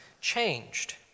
changed